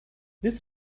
this